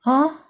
!huh!